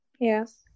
Yes